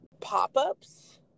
pop-ups